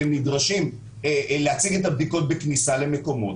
הם נדרשים להציג את הבדיקות בכניסה למקומות,